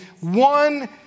one